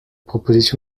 proposition